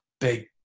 big